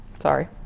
sorry